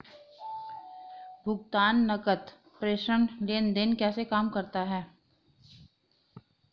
भुगतान नकद प्रेषण लेनदेन कैसे काम करता है?